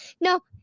No